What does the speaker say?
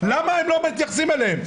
למה לא מתייחסים אליהם?